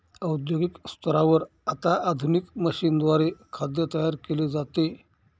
औद्योगिक स्तरावर आता आधुनिक मशीनद्वारे खाद्य तयार केले जाते